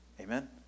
amen